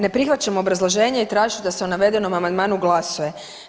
Ne prihvaćam obrazloženje i tražit ću da se o navedenom amandmanu glasuje.